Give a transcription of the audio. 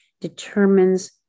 determines